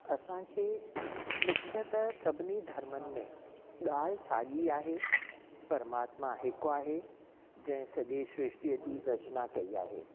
असांखे मुख्य त सभिनी धर्मनि में ॻाल्हि साॻी आहे परमात्मा हिकु आहे जंहिं सॼे श्रृष्टि जी रचना कई आहे